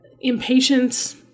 impatience